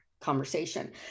Conversation